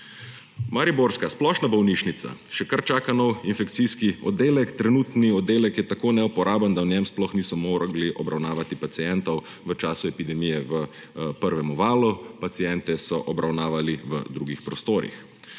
Mariborska splošna bolnišnica še kar čaka nov infekcijski oddelek. Trenutni oddelek je tako neuporaben, da v njem sploh niso mogli obravnavati pacientov v času epidemije v prvemu valu, paciente so obravnavali v drugih prostorih.